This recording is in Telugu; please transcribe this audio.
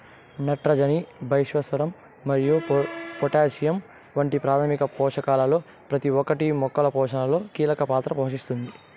నత్రజని, భాస్వరం మరియు పొటాషియం వంటి ప్రాథమిక పోషకాలలో ప్రతి ఒక్కటి మొక్కల పోషణలో కీలక పాత్ర పోషిస్తుంది